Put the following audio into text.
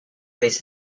base